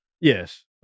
Yes